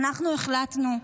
אנחנו החלטנו,